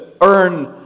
earn